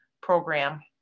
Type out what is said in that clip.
program